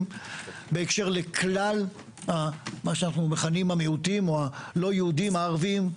בהקשר לכלל המיעוטים או הלא יהודים הערבים,